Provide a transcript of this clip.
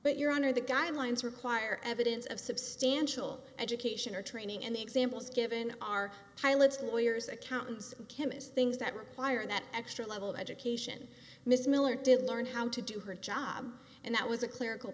but you're under the guidelines require evidence of substantial education or training and the examples given are pilots lawyers accountants chemists things that require that extra level of education miss miller didn't learn how to do her job and that was a clerical